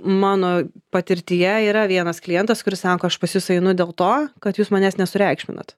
mano patirtyje yra vienas klientas kuris sako aš pas jus einu dėl to kad jūs manęs nesureikšminat